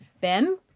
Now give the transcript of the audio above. Ben